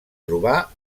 trobar